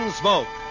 smoke